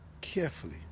carefully